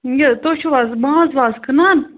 یہِ تُہۍ چھِو حظ ماز واز کٕنان